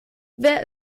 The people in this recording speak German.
wer